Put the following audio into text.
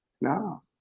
No